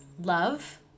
love